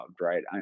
right